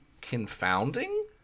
confounding